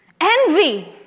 Envy